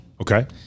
Okay